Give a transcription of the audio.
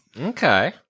Okay